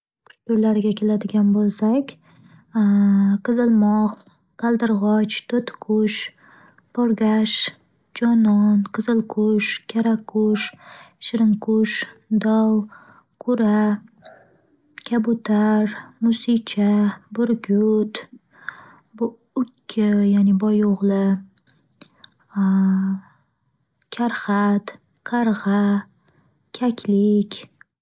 Qush turlariga keladigan bo'lsak: qizilmox qaldirg'och, to'tiqush, porgash, jonon, qizilqush, karaqush, shirinqush, dov, qura, kabutar, musicha, burgut, ukki ya'ni boyo'g'li, karxat, qarg'a, kaklik.